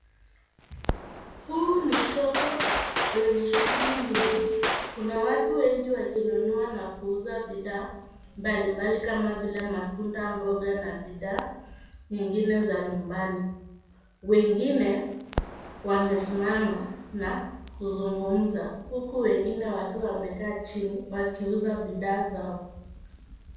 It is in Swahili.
Huu ni soko lenye shuguli nyingi. Kuna watu wengi wakinunua na kuuza bidhaa mbalimbali kama vile matunda, mboga na bidhaa nyingine za nyumbani. Wengine wamesimama na kuzungumza, huku wengine wakiwa wamekaa chini wakiuza bidhaa zao.